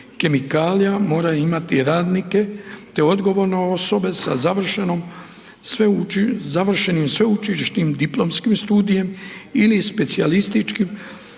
kemikalija, mora imati radnike te odgovorne osobe sa završenim sveučilišnim diplomskim studijem ili specijalističkim diplomskim